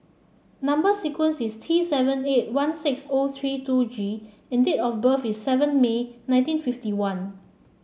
number sequence is T seven eight one six O three two G and date of birth is seven May nineteen fifty one